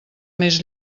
més